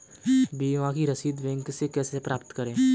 बीमा की रसीद बैंक से कैसे प्राप्त करें?